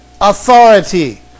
authority